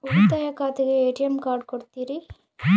ಉಳಿತಾಯ ಖಾತೆಗೆ ATM card ಕೊಡ್ತೇರಿ?